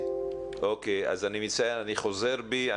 אני מצטער, אני חוזר בי.